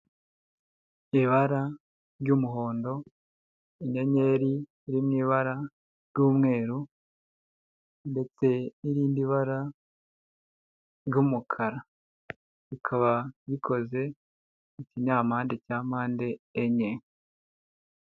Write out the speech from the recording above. Ibara ry'umuhondo inyenyeri iri mu ibara ry'umweru ndetse n'irindi bara ry'umukara bikaba bikoze ikinyampande cya mpande enye.